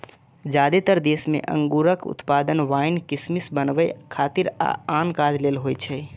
जादेतर देश मे अंगूरक उत्पादन वाइन, किशमिश बनबै खातिर आ आन काज लेल होइ छै